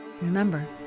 Remember